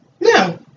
No